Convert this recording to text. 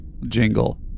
jingle